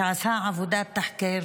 שעשה עבודת תחקיר